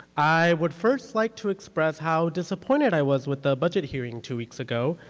i would first like to express how disappointed i was with the budget hearing two weeks ago.